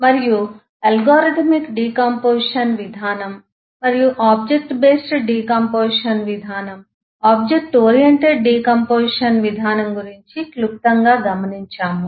మరియు algorithmic decomposition విధానం మరియు ఆబ్జెక్ట్ బేస్డ్ డికాంపొజిషన్ విధానం మరియు ఆబ్జెక్ట్ ఓరియెంటెడ్ డికాంపొజిషన్ విధానం గురించి క్లుప్తంగా గమనించాము